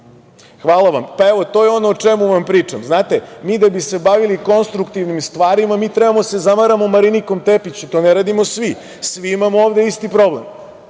Vreme.)Eto, to je ono o čemu vam pričam. Znate, mi da bi se bavili konstruktivnim stvarima, mi treba da se zamaramo Marinikom Tepić. To ne radimo svi. Svi imamo ovde isti problem.